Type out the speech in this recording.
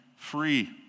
free